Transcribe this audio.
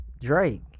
Drake